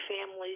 families